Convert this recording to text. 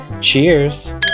Cheers